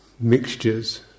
mixtures